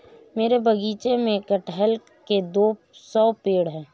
मेरे बगीचे में कठहल के दो सौ पेड़ है